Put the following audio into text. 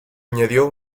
añadió